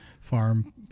farm